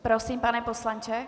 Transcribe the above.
Prosím, pane poslanče?